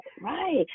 Right